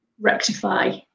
rectify